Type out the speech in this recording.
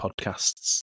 podcasts